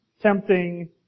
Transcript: tempting